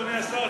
אדוני השר,